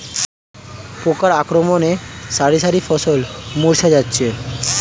পোকার আক্রমণে শারি শারি ফসল মূর্ছা যাচ্ছে